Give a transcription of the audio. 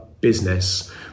business